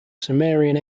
sumerian